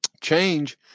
Change